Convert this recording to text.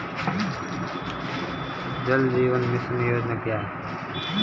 जल जीवन मिशन योजना क्या है?